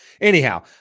anyhow